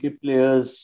players